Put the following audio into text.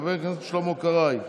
חבר הכנסת שלמה קרעי,